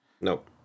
Nope